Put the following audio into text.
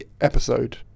episode